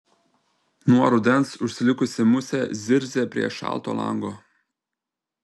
nuo rudens užsilikusi musė zirzia prie šalto lango